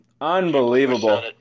unbelievable